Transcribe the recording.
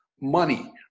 money